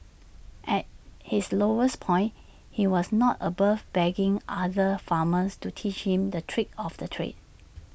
at his lowest point he was not above begging other farmers to teach him the tricks of the trade